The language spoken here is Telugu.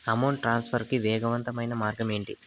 అమౌంట్ ట్రాన్స్ఫర్ కి వేగవంతమైన మార్గం ఏంటి